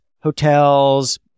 hotels